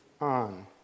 on